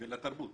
ולתרבות.